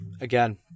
Again